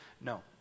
No